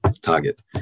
target